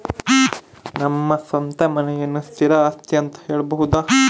ನಮ್ಮ ಸ್ವಂತ ಮನೆಯನ್ನ ಸ್ಥಿರ ಆಸ್ತಿ ಅಂತ ಹೇಳಬೋದು